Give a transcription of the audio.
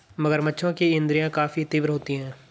मगरमच्छों की इंद्रियाँ काफी तीव्र होती हैं